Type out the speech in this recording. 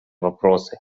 вопросы